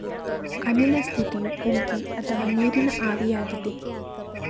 ಅನಿಲ ಸ್ಥಿತಿಯು ಉಗಿ ಅಥವಾ ನೀರಿನ ಆವಿಯಾಗಿದೆ